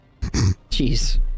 Jeez